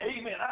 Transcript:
Amen